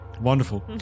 Wonderful